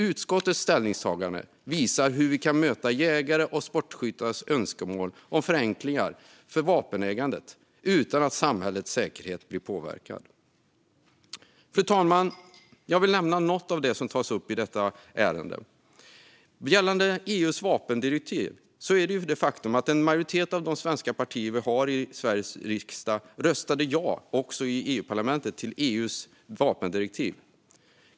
Utskottets ställningstagande visar hur vi kan möta jägares och sportskyttars önskemål om förenklingar för vapenägandet utan att samhällets säkerhet blir påverkad. Fru talman! Jag vill nämna något av det som tas upp i detta ärende. Gällande EU:s vapendirektiv är det ett faktum att en majoritet av de svenska partier som vi har i Sveriges riksdag röstade ja också i EU-parlamentet till EU:s vapendirektiv.